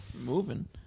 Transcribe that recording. Moving